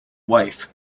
wife